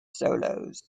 solos